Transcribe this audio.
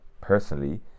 Personally